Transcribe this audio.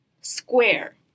square